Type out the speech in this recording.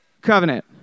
covenant